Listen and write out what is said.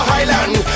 Highland